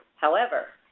however,